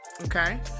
okay